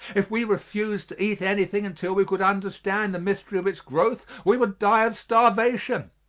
if we refused to eat anything until we could understand the mystery of its growth, we would die of starvation.